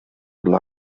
dla